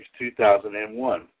2001